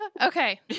okay